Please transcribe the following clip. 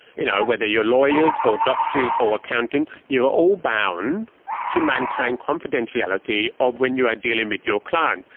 you know, whether you are lawyers or doctors or accountants, you are all bound to maintain confidentiality of when you are dealing but your client.